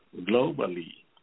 globally